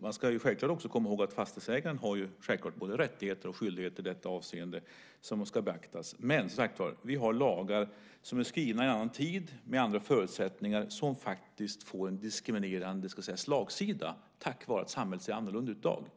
Man ska också komma ihåg att fastighetsägaren självklart har både rättigheter och skyldigheter som ska beaktas i detta avseende. Vi har lagar som är skrivna i en annan tid och med andra förutsättningar som faktiskt får en diskriminerande slagsida på grund av att samhället ser annorlunda ut i dag.